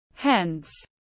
Hence